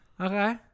Okay